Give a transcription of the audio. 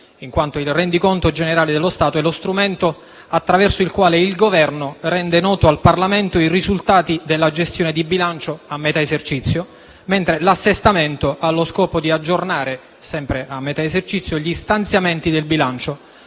il rendiconto generale dello Stato è lo strumento attraverso il quale il Governo rende noto al Parlamento i risultati della gestione di bilancio a metà esercizio, mentre l'assestamento ha lo scopo di aggiornare, sempre a metà esercizio, gli stanziamenti del bilancio,